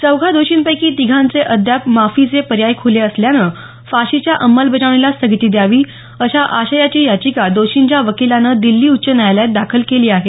चौघा दोषींपैकी तिघांचे अद्याप माफीचे पर्याय खुले असल्यानं फाशीच्या अंमलबजावणीला स्थगिती द्यावी अशा आशयाची याचिका दोषींच्या वकिलाने दिल्ली उच्च न्यायालयात दाखल केली आहे